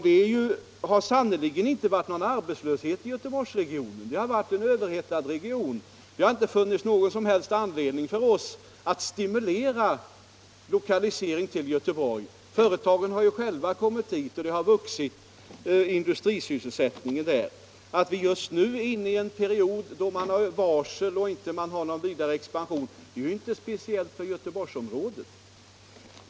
Det har sannerligen inte varit någon arbetslöshet i Göteborgsregionen, som har varit en överhettad region. Följaktligen har det inte funnits någon som helst anledning för oss att stimulera lokalisering till Göteborg. Företagen har själva kommit dit och industrisysselsättningen har vuxit. Att man just nu är inne i en period med varsel om nedläggningar och ingen vidare expansion är ju inte någonting speciellt för Göteborgsområdet.